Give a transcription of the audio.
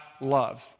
loves